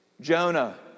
Jonah